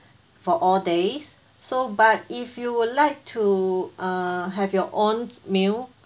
for all days so but if you would like to uh have your own meal